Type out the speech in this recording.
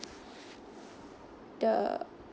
the